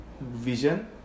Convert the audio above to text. vision